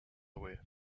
away